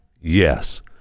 yes